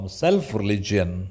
self-religion